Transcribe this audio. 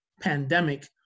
pandemic